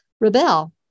rebel